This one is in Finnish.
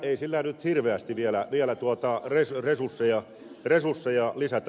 ei sillä nyt hirveästi vielä resursseja lisätä